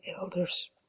elders